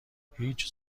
هیچ